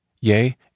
Yea